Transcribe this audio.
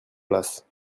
place